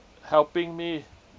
helping me